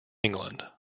england